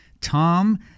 Tom